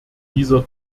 dieser